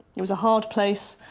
it was a hard place,